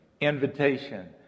invitation